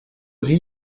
riz